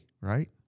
right